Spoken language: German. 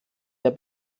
der